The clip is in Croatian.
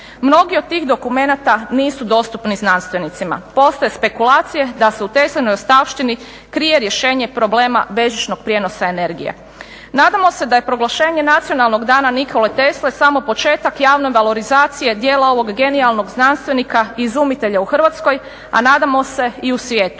Mnogi od tih dokumenata nisu dostupni znanstvenicima. Postoje spekulacije da se u Teslinoj ostavštini krije rješenje problema bežičnog prijenosa energije. Nadamo se da je proglašenje Nacionalnog dana Nikole Tesle samo početak javne valorizacije djela ovog genijalnog znanstvenika i izumitelja u Hrvatskoj, a nadamo se i u svijetu.